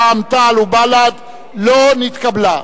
רע"ם-תע"ל ובל"ד לא נתקבלה.